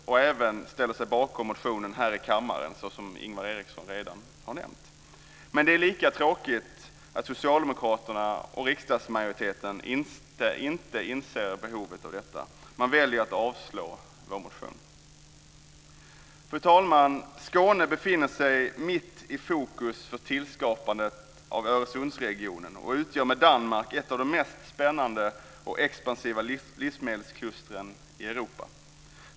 Man ställer sig även bakom motionen här i kammaren, som Ingvar Eriksson redan har nämnt. Men det är lika tråkigt att socialdemokraterna och riksdagsmajoriteten inte inser behovet av detta. Man väljer att avslå vår motion. Fru talman! Skåne befinner sig mitt i fokus för tillskapandet av Öresundsregionen och utgör tillsammans med Danmark ett av de mest spännande och expansiva livsmedelsklustren i Europa.